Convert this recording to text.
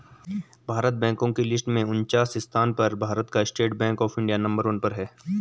भारत बैंको की लिस्ट में उनन्चास स्थान पर है भारत का State Bank of India number one पर है